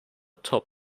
top